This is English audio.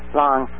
long